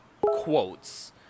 quotes